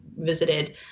visited